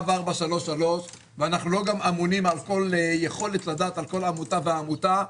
אנחנו לא להב 433 ולא אמונים על יכולת לדעת על כל עמותה ועמותה.